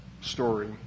story